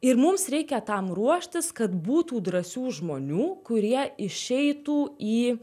ir mums reikia tam ruoštis kad būtų drąsių žmonių kurie išeitų į